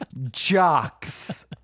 jocks